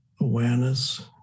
awareness